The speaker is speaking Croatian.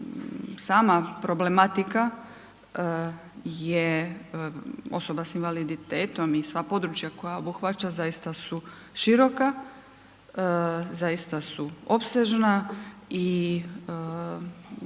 sama problematika je osoba s invaliditetom i sva područja koja obuhvaća zaista su široka, zaista su opsežna i ovo da